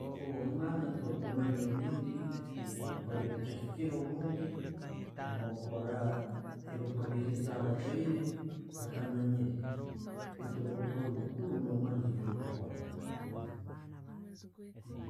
﻿Nko mwana, tokumanya ebindi, no'kora ebitahiikire obundi, no' kora ebikubiihiiza abazaire otamanyire baitu bwo kuba olimukuru, no'manya okyokukora.